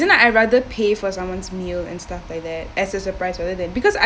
I rather pay for someone's meal and stuff like that as a surprise rather than because I